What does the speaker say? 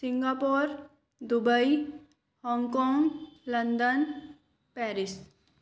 Singapore Dubai Hong Kong London Paris